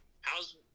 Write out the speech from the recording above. How's